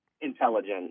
Intelligence